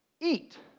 eat